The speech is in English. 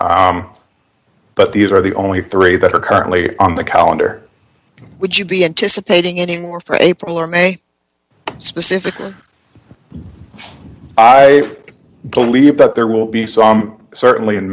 future but these are the only three that are currently on the calendar would you be anticipating any more for april or may specifically i believe that there will be some certainly in